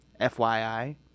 FYI